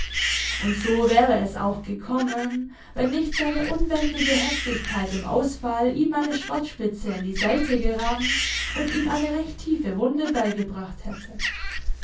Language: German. und so wäre es auch gekommen wenn nicht seine unbändige heftigkeit im ausfall ihm meine schwertspitze in die seite gerannt und ihm eine recht tiefe wunde beigebracht hätte